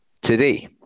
today